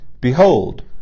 Behold